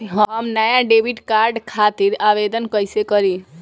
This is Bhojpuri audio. हम नया डेबिट कार्ड खातिर आवेदन कईसे करी?